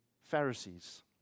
Pharisees